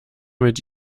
mit